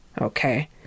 okay